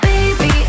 Baby